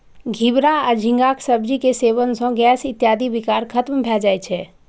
घिवरा या झींगाक सब्जी के सेवन सं गैस इत्यादिक विकार खत्म भए जाए छै